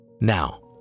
Now